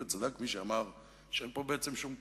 וצדק מי שאמר שאין פה בעצם שום כיוון,